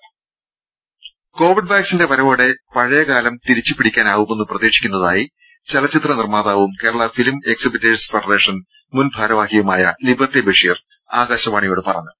രെടി Covid വാക്സിന്റെ വരവോടെ പഴയകാലം തിരിച്ചു പിടിക്കാനാവുമെന്ന് പ്രതീക്ഷിക്കുന്നതായി ചലച്ചിത്ര നിർമ്മാതാവും കേരള ഫിലിം എക്സിബിറ്റേഴ്സ് ഫെഡറേഷൻ മുൻ ഭാരവാഹിയുമായ ലിബർട്ടി ബഷീർ ആകാശവാണിയോട് പറഞ്ഞു